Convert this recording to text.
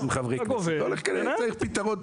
אתה גובה, תנהל.